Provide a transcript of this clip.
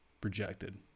projected